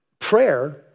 Prayer